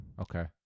Okay